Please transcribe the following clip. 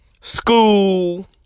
school